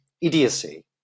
idiocy